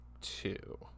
two